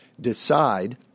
decide